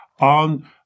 on